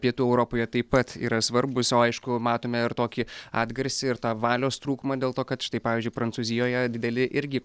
pietų europoje taip pat yra svarbūs o aišku matome ir tokį atgarsį ir tą valios trūkumą dėl to kad štai pavyzdžiui prancūzijoje dideli irgi